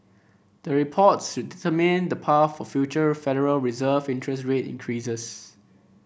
the reports should determine the path for future Federal Reserve interest rate increases